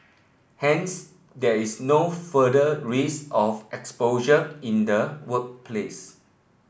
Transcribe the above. hence there is no further risk of exposure in the workplace